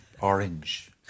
orange